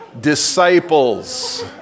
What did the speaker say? disciples